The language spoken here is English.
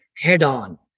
head-on